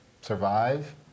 survive